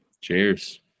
Cheers